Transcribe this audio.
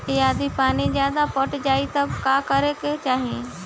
यदि पानी ज्यादा पट जायी तब का करे के चाही?